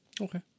Okay